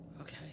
Okay